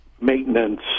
maintenance